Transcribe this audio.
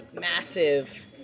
massive